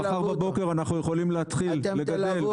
מחר בבוקר אנחנו יכולים להתחיל לגדל,